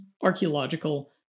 archaeological